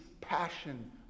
passion